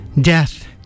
Death